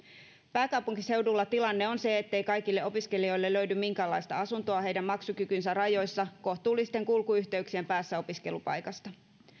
pääkaupunkiseudulla tilanne on se ettei kaikille opiskelijoille löydy minkäänlaista asuntoa heidän maksukykynsä rajoissa kohtuullisten kulkuyhteyksien päässä opiskelupaikasta